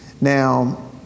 Now